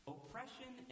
Oppression